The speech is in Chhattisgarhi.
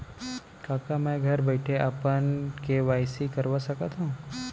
का मैं घर बइठे अपन के.वाई.सी करवा सकत हव?